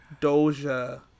doja